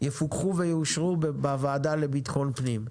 יפוקחו ויאושרו בוועדה לביטחון פנים.